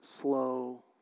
slow